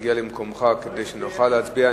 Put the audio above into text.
להגיע למקומך, כדי שנוכל להצביע.